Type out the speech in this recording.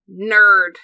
nerd